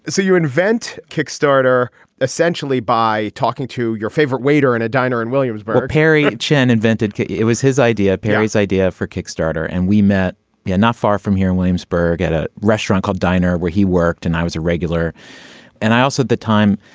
so you invent kickstarter essentially by talking to your favorite waiter in a diner in williamsburg perry chen invented it was his idea perry's idea for kickstarter and we met not and far from here in williamsburg at a restaurant called diner where he worked and i was a regular and i also at the time.